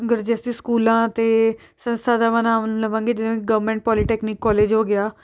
ਸਕੂਲਾਂ ਅਤੇ ਸੰਸਥਾ ਦਾ ਵਾ ਨਾਮ ਲਵਾਂਗੇ ਜਿਵੇਂ ਗਵਰਮੈਂਟ ਪੋਲੀਟੈਕਨਿਕ ਕੋਲਜ ਹੋ ਗਿਆ